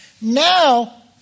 Now